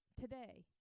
today